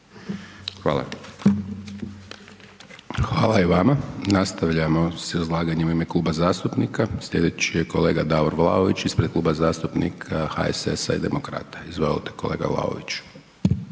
Hvala i vama. Nastavljamo s izlaganjem u ime kluba zastupnika. Slijedeći je kolega Davor Vlaović ispred Kluba zastupnika HSS-a i Demokrata. Izvolite kolega Vlaović.